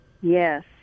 Yes